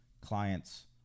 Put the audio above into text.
clients